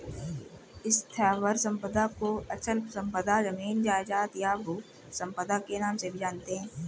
स्थावर संपदा को अचल संपदा, जमीन जायजाद, या भू संपदा के नाम से भी जानते हैं